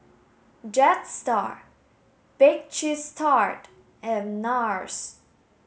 Jetstar Bake Cheese Tart and NARS